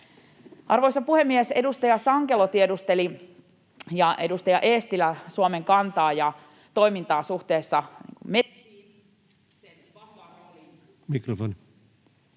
Arvoisa puhemies! Edustaja Sankelo ja edustaja Eestilä tiedustelivat Suomen kantaa ja toimintaa suhteessa metsiin...